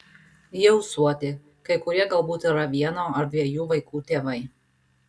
jie ūsuoti kai kurie galbūt yra vieno ar dviejų vaikų tėvai